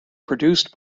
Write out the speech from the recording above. produced